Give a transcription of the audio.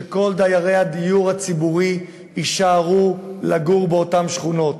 ושכל דיירי הדיור הציבורי יישארו לגור באותן שכונות.